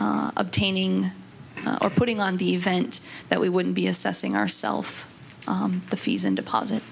obtaining or putting on the event that we wouldn't be assessing ourself the fees and deposit